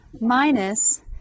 minus